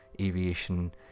aviation